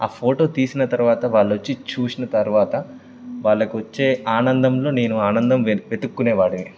ఆ ఫోటో తీసిన తరువాత వాళ్ళు వచ్చి చూసిన తరువాత వాళ్ళకి వచ్చే ఆనందంలో నేను ఆనందం వెతుక్కునేవాడిని